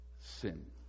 sin